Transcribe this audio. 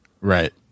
right